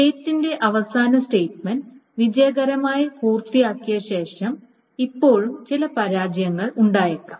സ്റ്റേറ്റിന്റെ അവസാന സ്റ്റേറ്റ്മെന്റ് വിജയകരമായി പൂർത്തിയാക്കിയ ശേഷം ഇപ്പോഴും ചില പരാജയങ്ങൾ ഉണ്ടായേക്കാം